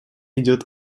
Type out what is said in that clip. идет